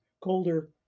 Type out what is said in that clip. colder